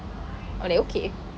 I like okay